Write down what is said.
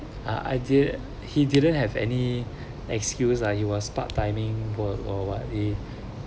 a idea he didn't have any excuse lah he was part timing work or what he